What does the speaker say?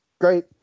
Great